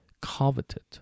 coveted